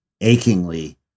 achingly